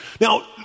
Now